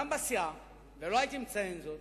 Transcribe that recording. לא הייתי מציין זאת,